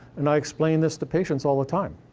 and i explain this to patients all the time.